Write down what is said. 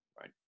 Right